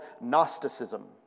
Gnosticism